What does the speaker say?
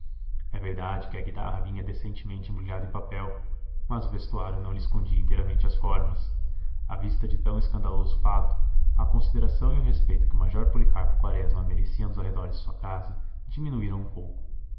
é verdade que a guitarra vinha decentemente embrulhada em papel mas o vestuário não lhe escondia inteiramente as formas à vista de tão escandaloso fato a consideração e o respeito que o major policarpo quaresma merecia nos arredores de sua casa diminuíam um pouco